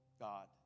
God